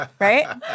Right